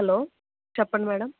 hello చెప్పండి madam